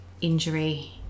injury